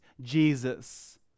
Jesus